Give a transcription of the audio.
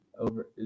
Over